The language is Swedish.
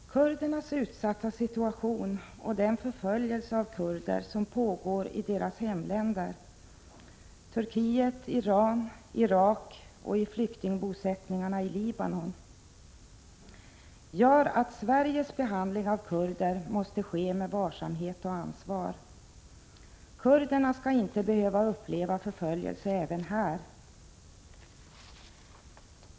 Herr talman! Kurdernas utsatta situation och den förföljelse av kurder som pågår i deras hemländer Turkiet, Iran och Irak och i flyktingbosättningarna i Libanon gör att Sveriges behandling av kurder måste ske med varsamhet och ansvar. Kurderna skall inte behöva uppleva förföljelse även här.